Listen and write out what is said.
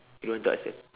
you don't want to ask them